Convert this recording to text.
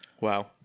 Wow